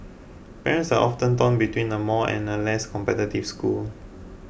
parents are often torn between a more and a less competitive school